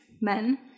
men